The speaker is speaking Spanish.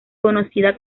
conocida